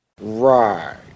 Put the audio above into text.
Right